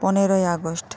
পনেরোই আগষ্ট